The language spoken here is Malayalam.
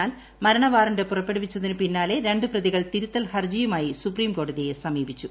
എന്നാൽ മരണവാറന്റ് പുറപ്പെടുവിച്ചതിന് പിന്നാലെ ര ്ു പ്രതികൾ തിരുത്തൽ ഹർജിയുമായി സുപ്രീംകോടതിയെ സമീപിച്ചു